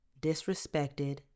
disrespected